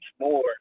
more